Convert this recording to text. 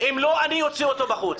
אם לא אני אוציא אותו בחוץ.